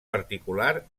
particular